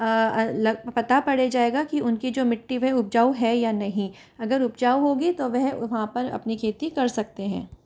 लग पता पड़ जाएगा कि उनकी जो मिट्टी वह उपजाऊ है या नहीं अगर उपजाऊ होगी तो वह वहाँ पर अपनी खेती कर सकते हैं